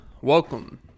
welcome